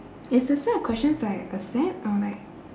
it's the set of questions like a set or like